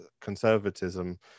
conservatism